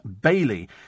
Bailey